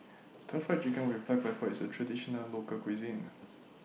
Stir Fried Chicken with Black Pepper IS A Traditional Local Cuisine